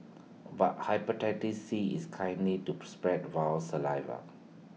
but Hepatitis C is kindly to spread via saliva